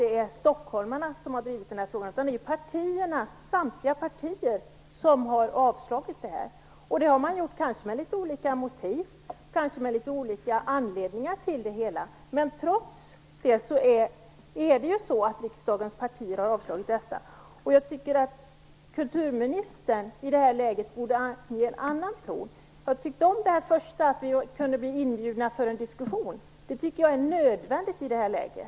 Det är inte stockholmarna som har drivit den här frågan, utan samtliga partier har yrkat avslag på detta - kanske med litet olika motiv eller litet olika anledningar till det hela. Trots allt är det ändå så att riksdagens partier har yrkat avslag. Jag tycker att kulturministern i det här läget borde ange en annan ton. Jag tycker emellertid om det första, att vi kunde bli inbjudna till en diskussion. Det är nödvändigt i detta läge.